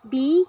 बीह्